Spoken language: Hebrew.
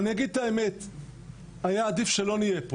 אני חושב שזה עשה אותי גם חייל טוב יותר וגם תלמיד ישיבה טוב יותר.